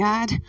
God